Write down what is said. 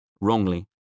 wrongly